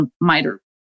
miter